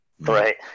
right